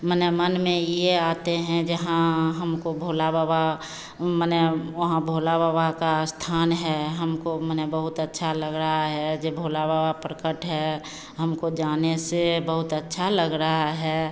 माने मन में यह आता है जो हाँ हमको भोला बाबा माने वहाँ भोला बाबा का अस्थान है हमको माने बहुत अच्छा लग रहा है जो भोला बाबा प्रकट है हमको जाने से बहुत अच्छा लग रहा है